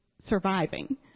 surviving